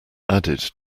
added